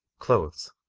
clothes